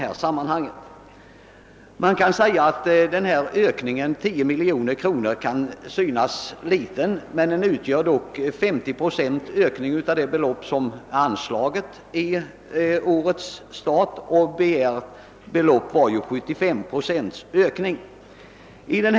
Man kan naturligtvis göra gällande att en ökning med 10 miljoner kronor inte är så mycket. Men det innebär dock en ökning med 50 procent av det belopp som anslagits i årets budget. Det belopp som yrkas i motion I:465 innebär en ökning med 75 procent.